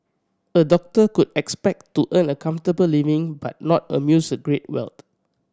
a doctor could expect to earn a comfortable living but not amuse a great wealth